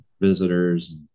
visitors